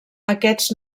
aquests